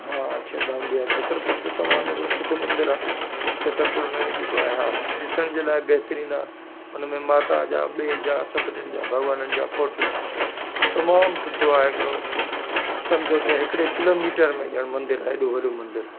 हा अक्षरधाम बि आहे छत्तरपुर त तमामु सुठो मंदरु आहे छत्तरपुर में जेको आहे हा ॾिसण जे लाइ बहितरीन आहे उन में माता जा ॿिए जा सभिनीनि भॻवाननि जा फ़ोटू तमामु सुठो आहे हिकिड़ो सम्झो त हिकिड़े किलोमीटर में ॼण मंदरु आहे हेॾो वॾो मंदरु आहे